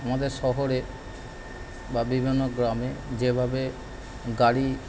আমাদের শহরে বা বিভিন্ন গ্রামে যেভাবে গাড়ি